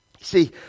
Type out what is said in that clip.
See